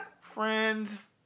friends